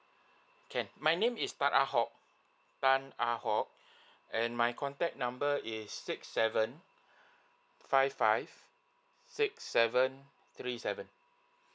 can my name is tan ah hock tan ah hock and my contact number is six seven five five six seven three seven